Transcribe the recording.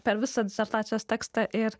per visą disertacijos tekstą ir